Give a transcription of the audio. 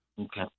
Okay